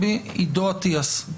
עידו אטיאס.